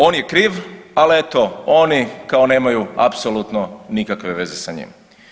On je kriv, al eto oni kao nemaju apsolutno nikakve veze sa njim.